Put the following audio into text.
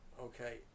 Okay